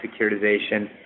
securitization